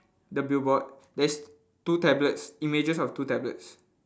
the billboard there's two tablets images of two tablets